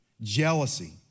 jealousy